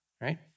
right